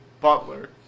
Butler